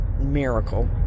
miracle